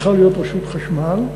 צריכה להיות רשות חשמל.